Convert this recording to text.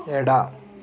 ಎಡ